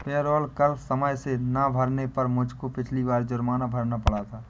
payroll कर समय से ना भरने पर मुझको पिछली बार जुर्माना भरना पड़ा था